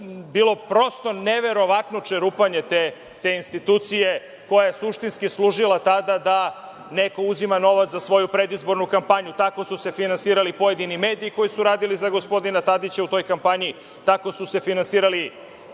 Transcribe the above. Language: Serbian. bilo prosto neverovatno čerupanje te institucije, koja je suštinski služila tada da neko uzima novac za svoju predizbornu kampanju. Tako su se finansirali pojedini mediji koji su radili za gospodina Tadića u toj kampanji, tako su se finansirali,